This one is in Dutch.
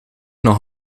nog